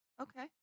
Okay